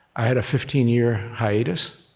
i had a fifteen year hiatus.